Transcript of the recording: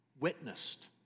witnessed